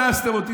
אנסתם אותי,